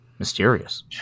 Mysterious